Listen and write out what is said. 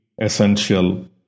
essential